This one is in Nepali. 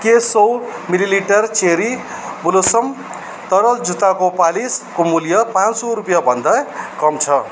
के सय मिलिलिटर चेरी ब्लोसम तरल जुत्ताको पालिसको मूल्य पाँच सय रुपियाँभन्दा कम छ